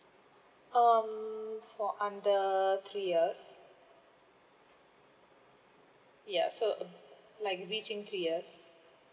um for under three years yeah so like reaching three years